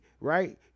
right